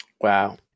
Wow